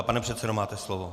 Pane předsedo, máte slovo.